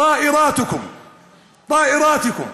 הארטילריה שלכם,